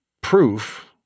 proof